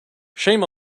shame